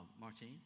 Martin